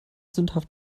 sündhaft